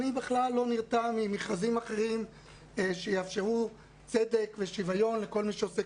אני בכלל לא נרתע ממכרזים אחרים שיאפשרו צדק ושוויון לכל מי שעוסק